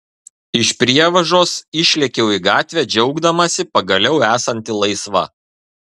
iš prievažos išlėkiau į gatvę džiaugdamasi pagaliau esanti laisva